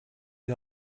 die